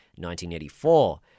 1984